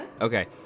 Okay